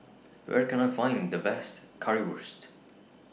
Where Can I Find The Best Currywurst